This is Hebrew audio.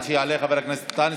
עד שיעלה חבר הכנסת אנטאנס,